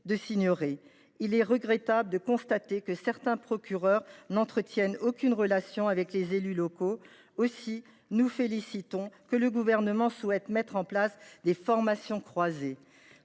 de s’ignorer. Il est regrettable de constater que certains procureurs n’entretiennent aucune relation avec les élus locaux. Aussi, nous nous félicitons que le Gouvernement souhaite mettre en place des formations croisées.